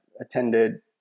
attended